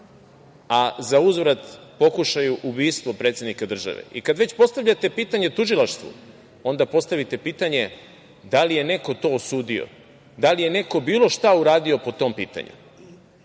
a za uzvrat pokušaju ubistvo predsednika države. Kada već postavljate pitanje tužilaštvu, onda postavite pitanje da li je neko to osudio, da li je neko bilo šta uradio po tom pitanju?